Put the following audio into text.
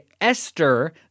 Esther